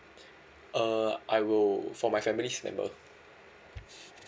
uh I will for my families member